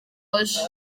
oes